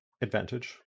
advantage